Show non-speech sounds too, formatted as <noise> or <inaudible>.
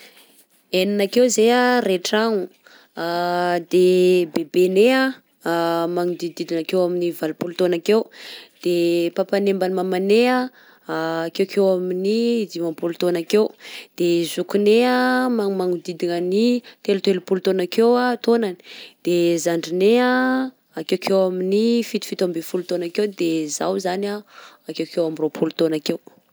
Enina akeo zay a ray tragno, <hesitation> de bebenay <hesitation> magnodidididina akeo amin'ny valopolo taogna akeo, papanay mbany mamanay <hesitation> akeokeo amin'ny dimapolo taogna akeo de zokinay a magnomagnodidigna gny telotelopolo taona akeo taonany, de zandrinay akekeo amin'ny fito fito ambin'ny folo taona akeo, de zaho zany a, akekeo amin'ny raika amby roapolo taona akeo.